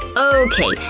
okay,